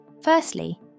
Firstly